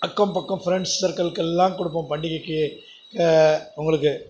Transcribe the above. அக்கம் பக்கம் ஃப்ரெண்ட்ஸ் சர்க்குள்க்கெல்லாம் கொடுப்போம் பண்டிகைக்கு உங்களுக்கு